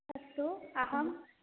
अस्तु अहम्